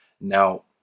Now